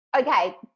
Okay